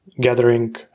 gathering